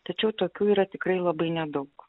tačiau tokių yra tikrai labai nedaug